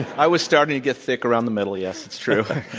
i was starting to get thick around the middle, yes. it's true.